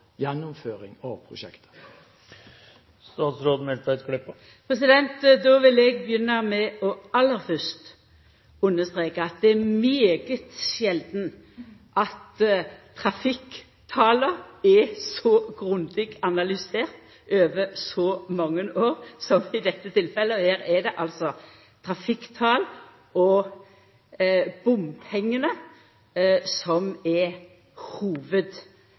gjennomføring av prosjektet? Då vil eg begynna med å understreka at det er svært sjeldan at trafikktala er så grundig analyserte over så mange år som i dette tilfellet. Her er det altså trafikktal og bompengeinntekter som er